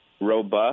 robust